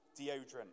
deodorant